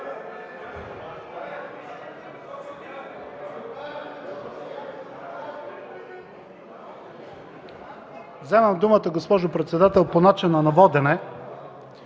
Вземам думата, госпожо председател, по начина на водене